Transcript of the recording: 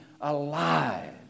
alive